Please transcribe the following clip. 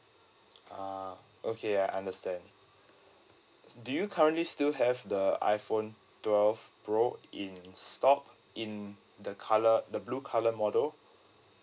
a'ah okay I understand do you currently still have the iphone twelve pro in stock in the colour the blue colour model